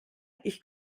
ich